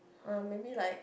uh maybe like